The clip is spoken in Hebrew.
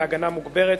להגנה מוגברת.